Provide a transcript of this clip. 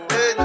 Hey